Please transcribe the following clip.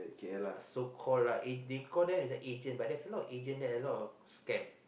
so call lah they ag~ they call them as an agent lah but there's a lot of agent there a lot of scam